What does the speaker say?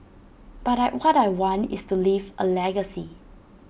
but I what I want is to leave A legacy